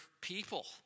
people